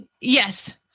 Yes